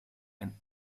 and